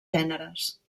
gèneres